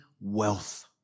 wealth